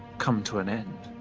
come to an end.